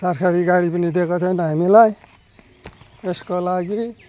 सरकारी गाडी पनि दिएको छैन हामीलाई यसको लागि